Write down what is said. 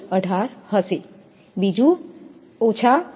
18 હશે બીજું 1